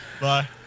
Bye